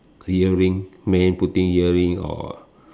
earring men putting earring or